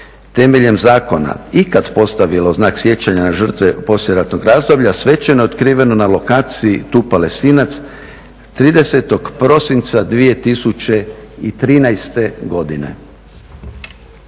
temeljem zakona ikad postavilo znak sjećanja na žrtve poslijeratnog razdoblja, svečano je otkriveno na lokaciji … 30. prosinca 2013. godine.